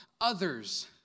others